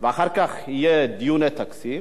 ואחר כך יהיו דיוני תקציב,